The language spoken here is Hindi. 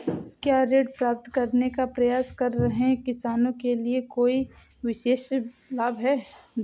क्या ऋण प्राप्त करने का प्रयास कर रहे किसानों के लिए कोई विशेष लाभ हैं?